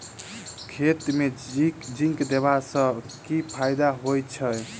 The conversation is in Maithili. खेत मे जिंक देबा सँ केँ फायदा होइ छैय?